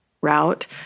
route